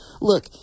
look